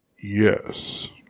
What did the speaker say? Yes